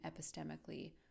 epistemically